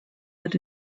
had